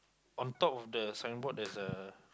on top of the signboard there's a